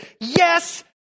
Yes